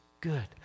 good